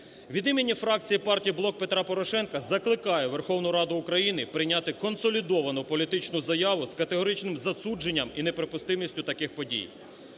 Від імені фракції партії "Блок Петра Порошенка" закликаю Верховну Раду України прийняти консолідовану політичну заяву з категоричним засудженням і неприпустимістю таких подій.